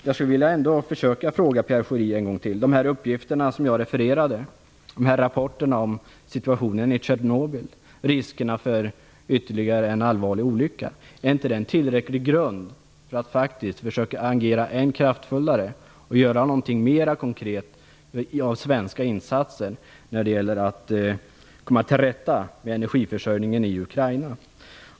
Jag skulle vilja försöka fråga Pierre Schori en gång till om inte de uppgifter och rapporter som jag refererade om situationen i Tjernobyl och riskerna för ytterligare en allvarlig olycka är en tillräcklig grund för att försöka agera än kraftfullare och göra mer konkreta svenska insatser när det gäller att komma till rätta med energiförsörjningen i Ukraina.